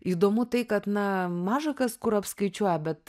įdomu tai kad na maža kas kur apskaičiuoja bet